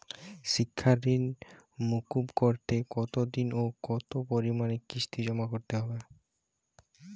শিক্ষার ঋণ মুকুব করতে কতোদিনে ও কতো পরিমাণে কিস্তি জমা করতে হবে?